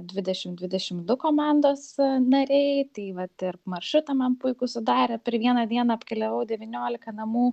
dvidešimt dvidešimt du komandos nariai tai vat ir maršrutą man puikų sudarė per vieną dieną apkeliavau devyniolika namų